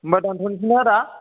होनबा दोंनथ'निसैना आदा